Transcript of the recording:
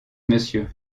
monsieur